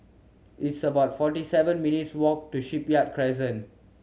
it's about forty seven minutes' walk to Shipyard Crescent